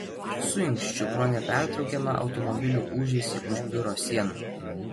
suinkščiu pro nepertraukiamą automobilių ūžesį už biuro sienų